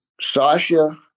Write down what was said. Sasha